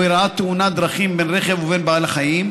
או אירעה תאונת דרכים בין רכב ובין בעל חיים,